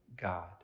God